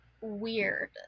weird